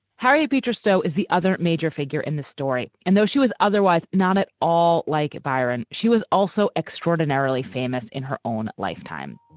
harriet beecher stowe is the other major figure in the story. and though she was otherwise not at all like byron, she was also extraordinarily famous in her own lifetime